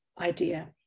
idea